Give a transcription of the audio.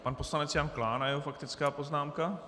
Pan poslanec Jan Klán a jeho faktická poznámka.